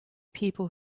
people